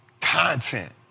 content